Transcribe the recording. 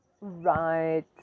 right